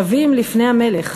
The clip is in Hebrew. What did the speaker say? שווים לפני המלך.